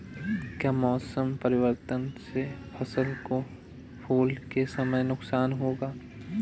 क्या मौसम परिवर्तन से फसल को फूल के समय नुकसान होगा?